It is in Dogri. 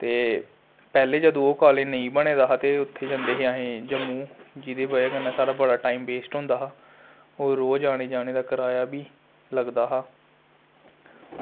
ते पैह्लें जदूं ओह् कॉलेज नेईं बने दा हा ते उत्थें जंदे हे अस जम्मू जेह्दी बजह कन्नै साढ़ा बड़ा टाईम वेस्ट होंदा हा होर रोज आने जाने दा किराया बी लगदा हा